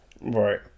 right